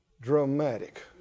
Dramatic